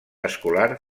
escolar